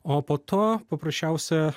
o po to paprasčiausia